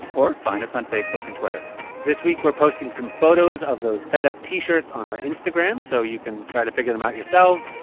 or find us on facebook and twitter this week, we're posting some photos of those fed up t-shirts on our instagram, so you can try to figure them out yourselves.